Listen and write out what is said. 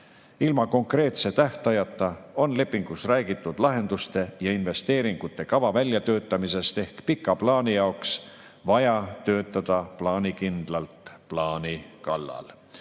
Ilma konkreetse tähtajata on lepingus räägitud lahenduste ja investeeringute kava väljatöötamisest. Ehk pika plaani jaoks on vaja töötada plaanikindlalt plaani kallal.